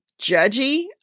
judgy